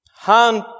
hand